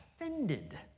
offended